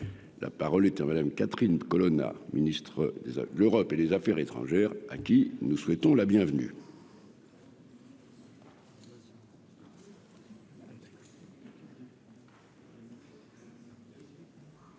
la parole est à Madame Catherine Colonna, ministre de l'Europe et des Affaires étrangères à qui nous souhaitons la bienvenue. Monsieur